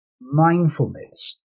mindfulness